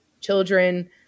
children